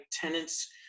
tenants